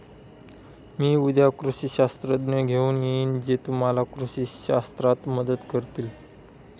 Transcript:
मी उद्या कृषी शास्त्रज्ञ घेऊन येईन जे तुम्हाला कृषी शास्त्रात मदत करतील